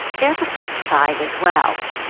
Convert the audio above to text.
there's a flip side as well.